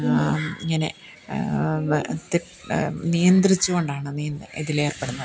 ഇങ്ങനെ വ ത്തി നിയന്ത്രിച്ചുകൊണ്ടാണ് നീ ഇതിലേർപ്പെടുന്നത്